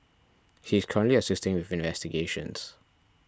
he is currently assisting with investigations